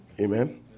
amen